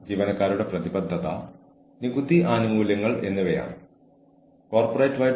ജീവനക്കാർക്ക് വെല്ലുവിളിക്കാനുള്ള അവകാശം ശമ്പള തീരുമാനം എന്നിവ നൽകുന്ന ഒരു അപ്പീൽ സംവിധാനം